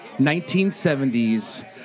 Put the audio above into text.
1970s